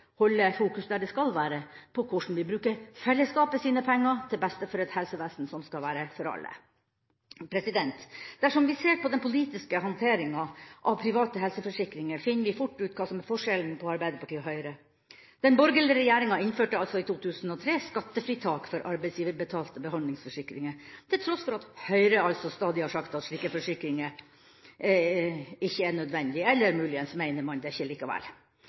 holde fokuset der det skal være: på hvordan vi bruker fellesskapets penger til beste for et helsevesen som skal være for alle. Dersom vi ser på den politiske håndteringa av private helseforsikringer, finner vi fort ut hva som er forskjellen på Arbeiderpartiet og Høyre. Den borgerlige regjeringa innførte i 2003 skattefritak for arbeidsgiverbetalte behandlingsforsikringer, til tross for at Høyre stadig har sagt at slike forsikringer ikke er nødvendige – eller muligens mener man det